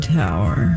tower